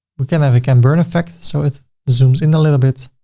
we can have a ken burn effect. so it zooms in a little bit.